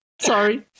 Sorry